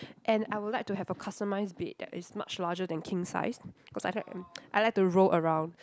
and I would like to have a customised bed that is much larger than king size cause I like I like to roll around